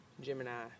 Gemini